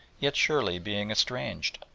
yet surely, being estranged,